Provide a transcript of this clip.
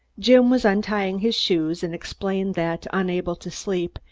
jim was untying his shoes and explained that, unable to sleep,